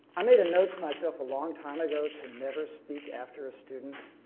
i made a note to myself a long time ago to never speak after a student,